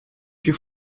più